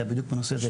שהיה בדיוק בנושא הזה,